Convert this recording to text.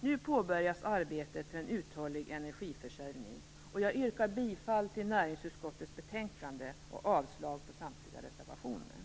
Nu påbörjas arbetet för en uthållig energiförsörjning, och jag yrkar bifall till näringsutskottets hemställan och avslag på samtliga reservationer.